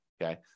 okay